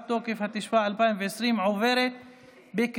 תוקף), התשפ"א 2020, נתקבל.